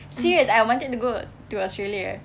shit I wanted to go to australia